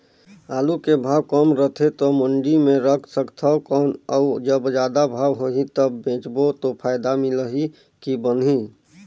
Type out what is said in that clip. आलू के भाव कम रथे तो मंडी मे रख सकथव कौन अउ जब जादा भाव होही तब बेचबो तो फायदा मिलही की बनही?